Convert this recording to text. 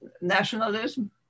nationalism